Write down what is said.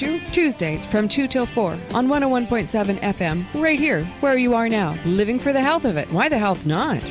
choose dates from two to four on one to one point seven f m great here where you are now living for the health of it why the health not